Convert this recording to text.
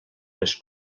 les